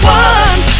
one